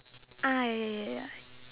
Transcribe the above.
ah ya ya ya ya ya